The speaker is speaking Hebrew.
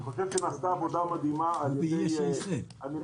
אני חושב שנעשתה עבודה מדהימה על ידי הנמלים,